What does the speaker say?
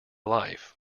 life